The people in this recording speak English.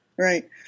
Right